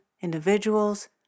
individuals